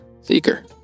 Seeker